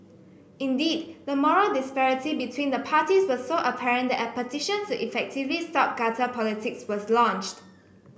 indeed the moral disparity between the parties was so apparent that a petition to effectively stop gutter politics was launched